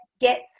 get